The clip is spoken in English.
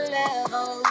level